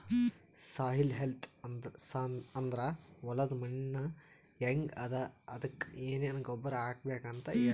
soil health ಅಂದ್ರ ಹೊಲದ್ ಮಣ್ಣ್ ಹೆಂಗ್ ಅದಾ ಅದಕ್ಕ್ ಏನೆನ್ ಗೊಬ್ಬರ್ ಹಾಕ್ಬೇಕ್ ಅಂತ್ ಹೇಳ್ತದ್